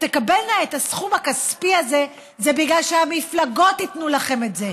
תקבלנה את הסכום הכספי הזה היא שהמפלגות ייתנו לכם את זה,